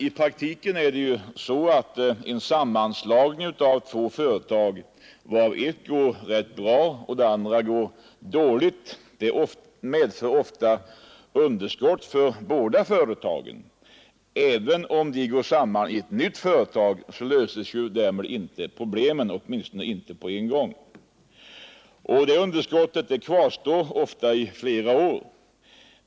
I praktiken är det så, att en sammanslagning av två företag, varav ett går rätt bra och det andra går dåligt, ofta medför underskott för båda företagen. Även om de går samman i ett nytt företag löses därmed inte problemen, åtminstone inte på en gång. Och det underskottet kvarstår ofta i flera år.